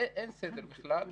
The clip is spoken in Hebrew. אין סדר בכלל,